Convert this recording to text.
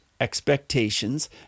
expectations